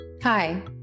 Hi